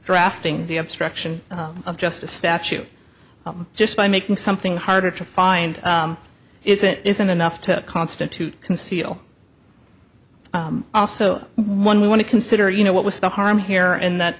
drafting the obstruction of justice statute just by making something harder to find isn't isn't enough to constitute conceal also one we want to consider you know what was the harm here in that